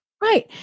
Right